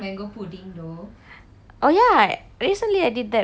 oh ya recently I did that for my friends mango pudding